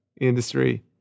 industry